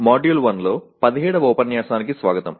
module 1 లో 17వ ఉపన్యాసానికి స్వాగతం